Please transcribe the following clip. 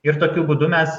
ir tokiu būdu mes